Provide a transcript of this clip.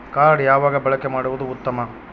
Card ಯಾವಾಗ ಬಳಕೆ ಮಾಡುವುದು ಉತ್ತಮ?